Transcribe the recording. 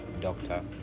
doctor